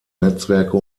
netzwerke